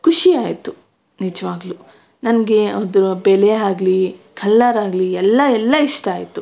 ಖುಷಿ ಆಯಿತು ನಿಜವಾಗ್ಲು ನನಗೆ ಅದರ ಬೆಲೆ ಆಗ್ಲಿ ಕಲರ್ ಆಗಲಿ ಎಲ್ಲ ಎಲ್ಲ ಇಷ್ಟ ಆಯಿತು